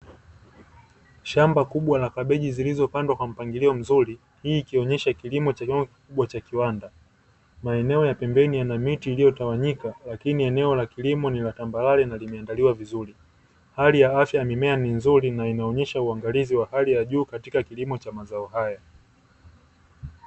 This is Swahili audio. Shamba kubwa la kabeji zilizopandwa kwa mpangilio mzuri, hii ikionyesha kilimo cha kiwango kikubwa cha kiwanda, maeneo ya pembeni yana miti iliyotawanyika lakini eneo la kilimo ni la tambarare na limendaliwa vizuri, hali ya afya ya mimea ni nzuri na inaonyesha uangalizi wa hali ya juu katika kilimo cha mazao hayo.